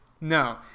No